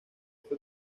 fue